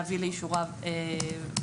להביא לאישורה וכולי.